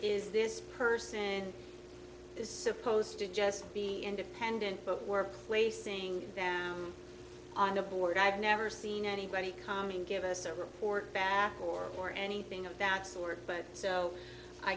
is this person is supposed to just be independent but we're placing down on the board i've never seen anybody coming give us a report back or anything of that sort but so i